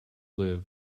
live